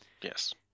Yes